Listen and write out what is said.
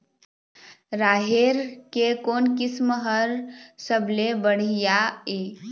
राहेर के कोन किस्म हर सबले बढ़िया ये?